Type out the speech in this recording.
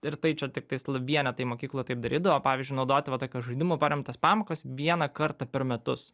ir tai čia tiktais vienetai mokyklų taip darydavo pavyzdžiui naudoti va tokias žaidimu paremtas pamokas vieną kartą per metus